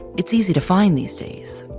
it's easy to find these days.